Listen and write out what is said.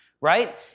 Right